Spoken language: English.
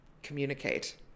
communicate